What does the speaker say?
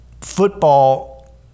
football